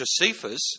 Josephus